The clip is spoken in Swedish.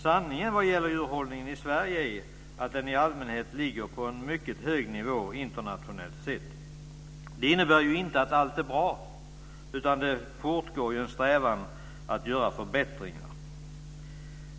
Sanningen är att djurhållningen i Sverige rent allmänt ligger på en mycket hög nivå internationellt sett. Det innebär inte att allt är bra. Det fortgår en strävan att göra förbättringar.